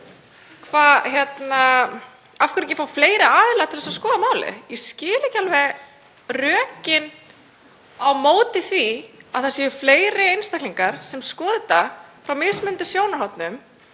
Alþingis. Af hverju ekki að fá fleiri aðila til að skoða málið? Ég skil ekki alveg rökin á móti því að það séu fleiri einstaklingar sem skoða þetta frá mismunandi sjónarhornum.